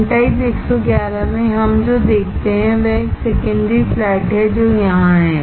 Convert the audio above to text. N type 111 में हम जो देखते हैं वह एक सेकेंडरी फ्लैट है जो यहां है